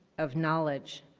of knowledge,